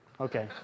Okay